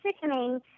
sickening